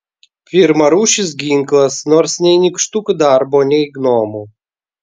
pirmarūšis ginklas nors nei nykštukų darbo nei gnomų